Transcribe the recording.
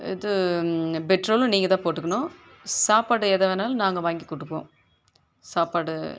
இது பெட்ரோலும் நீங்கள் தான் போட்டுக்கணும் சாப்பாடு எதை வேணாலும் நாங்கள் வாங்கி கொடுப்போம் சாப்பாடு